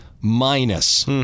minus